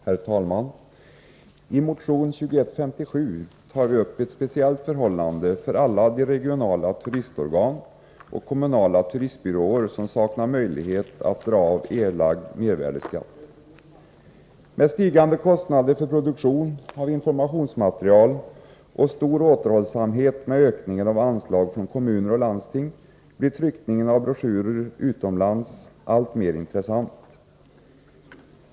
Herr talman! I motion 2157 tar vi upp ett speciellt förhållande för alla de regionala turistorgan och kommunala turistbyråer som saknar möjlighet att dra av erlagd mervärdeskatt. Med stigande kostnader för produktion av informationsmaterial och stor återhållsamhet med ökningen av anslag från kommuner och landsting blir tryckning av broschyrer utomlands alltmer intressant.